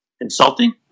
insulting